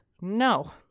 no